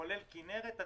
כולל לכנרת,